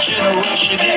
Generation